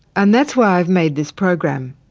and that's why i've made this program.